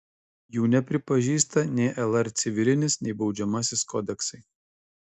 jų nepripažįsta nei lr civilinis nei baudžiamasis kodeksai